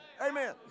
amen